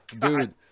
dude